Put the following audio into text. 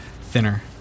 thinner